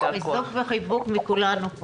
חיזוק וחיבוק מכולנו פה.